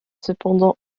cependant